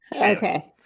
Okay